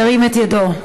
ירים את ידו.